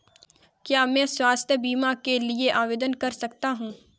क्या मैं स्वास्थ्य बीमा के लिए आवेदन कर सकता हूँ?